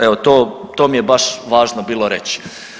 Evo to mi je baš važno bilo reći.